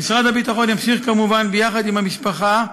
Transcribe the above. משרד הביטחון ימשיך, כמובן, ביחד עם המשפחה,